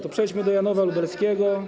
To przejdźmy do Janowa Lubelskiego.